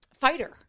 fighter